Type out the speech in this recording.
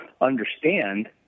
Understand